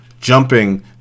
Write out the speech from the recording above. jumping